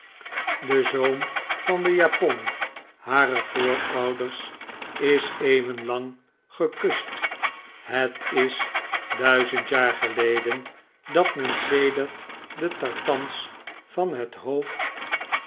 de zoom van de japon harer voorouders is eeuwenlang gekust het is duizend jaar geleden zegt men sedert de tartans van het hoofd